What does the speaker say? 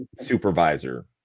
supervisor